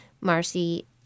Marcy